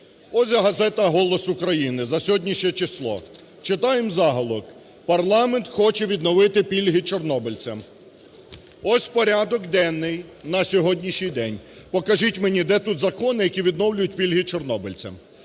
Ось газета "Голос України" за сьогоднішнє число, читаємо заголовок: "Парламент хоче відновити пільги чорнобильцям". Ось порядок денний на сьогоднішній день. Покажіть мені, де тут закони, які відновлюють пільги чорнобильцям?